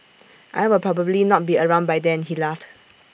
I will probably not be around by then he laughed